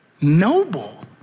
noble